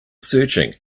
searching